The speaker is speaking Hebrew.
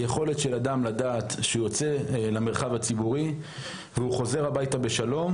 היכולת של אדם לדעת שהוא יוצא למרחב הציבורי והוא חוזר הביתה בשלום,